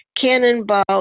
Cannonball